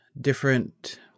different